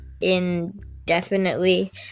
indefinitely